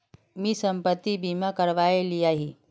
मी संपत्ति बीमा करवाए लियाही